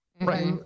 Right